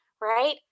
right